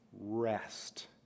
rest